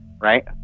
right